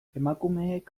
emakumeek